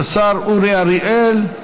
השר אורי אריאל.